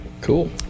cool